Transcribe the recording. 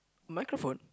microphone